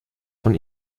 von